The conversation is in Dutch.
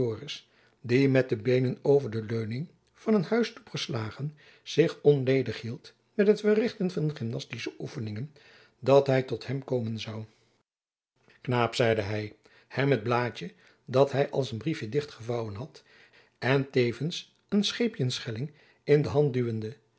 die met de beenen over de leuning van een huistoep geslagen zich onledig hield met het verrichten van gymnas tische oefeningen dat hy tot hem komen zoû jacob van lennep elizabeth musch knaap zeide hy hem het blaadtjen dat hy als een briefjen dichtgevouwen had en tevens een scheepjens schelling in de hand duwende